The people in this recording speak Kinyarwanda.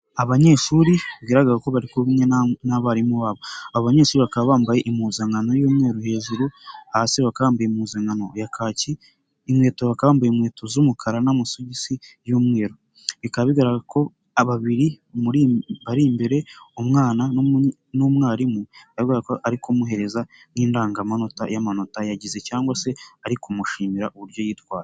Abanyeshuri bigaragarako bari kumwe n'abarimu babo, aba banyeshuri bakaba bambaye impuzankano y'umweru hejuru hasi bakambaye impuzankano ya kaki inkweto bakaba bambaye inkweto z'umukara n'amasogisi y'umweru bikaba bigaragara ko babiri bari imbere umwana n'umwarimu bigaragara ko ari kumuhereza nk'indangamanota y'amanota yagize cyangwa se ari kumushimira uburyo yitwaye.